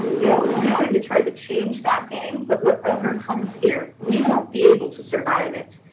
you know we're going to try to change that game, but whatever comes here, we won't be able to survive it.